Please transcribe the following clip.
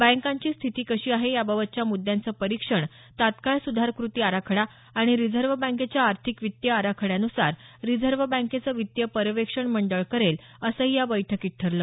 बँकांची स्थिती कशी आहे याबाबतच्या मुद्दयांचं परीक्षण तत्काळ सुधार कृती आराखडा आणि रिझर्व्ह बँकेच्या आर्थिक वित्तीय आराखड्यान्सार रिझर्व्ह बँकेचं वित्तीय पर्यवेक्षण मंडळ करेल असंही या बैठकीत ठरलं